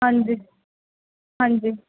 ਹਾਂਜੀ ਹਾਂਜੀ